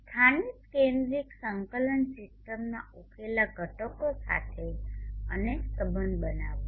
સ્થાનિક કેન્દ્રિત સંકલન સીસ્ટમના ઉકેલા ઘટકો સાથે અને સંબંધ બનાવો